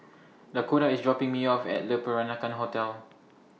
Dakoda IS dropping Me off At Le Peranakan Hotel